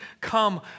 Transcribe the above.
Come